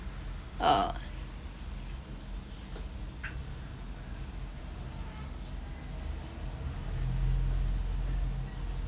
err